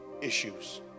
issues